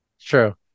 True